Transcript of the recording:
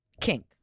kink